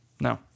No